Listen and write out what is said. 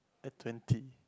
at twenty